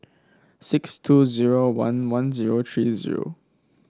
six two zero one one zero three zero